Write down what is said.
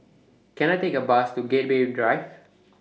Can I Take A Bus to Gateway Drive